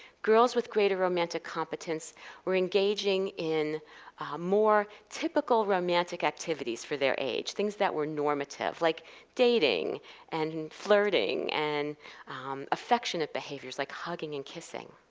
girls with greater romantic competence were engaging in more typical romantic activities for their age, things that were normative, like dating and and flirting and affectionate behaviors like hugging and kissing.